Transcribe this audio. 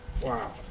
Wow